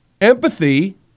empathy